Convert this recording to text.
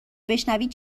بشنوید